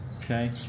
okay